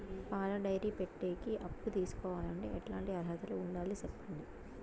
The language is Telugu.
పాల డైరీ పెట్టేకి అప్పు తీసుకోవాలంటే ఎట్లాంటి అర్హతలు ఉండాలి సెప్పండి?